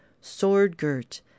sword-girt